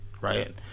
right